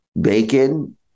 bacon